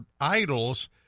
idols